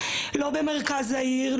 לא במרכז העיר,